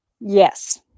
Yes